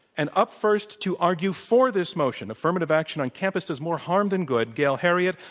and up first to argue for this motion, affirmative action on campus does more harm than good, gail heriot,